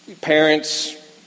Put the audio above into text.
parents